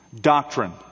Doctrine